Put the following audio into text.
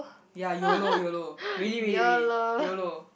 ya yolo yolo really really really yolo